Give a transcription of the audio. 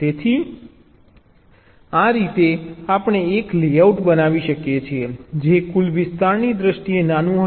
તેથી આ રીતે આપણે એક લેઆઉટ બનાવી શકીએ છીએ જે કુલ વિસ્તારની દ્રષ્ટિએ નાનું હશે